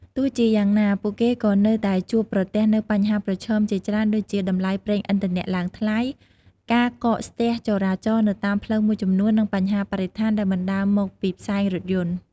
ទោះជាយ៉ាងណា ពួកគេក៏នៅតែជួបប្រទះនូវបញ្ហាប្រឈមជាច្រើនដូចជាតម្លៃប្រេងឥន្ធនៈឡើងថ្លៃ ការកកស្ទះចរាចរណ៍នៅតាមផ្លូវមួយចំនួន និងបញ្ហាបរិស្ថានដែលបណ្តាលមកពីផ្សែងរថយន្ត។